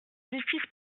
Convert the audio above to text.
justice